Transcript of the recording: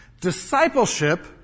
Discipleship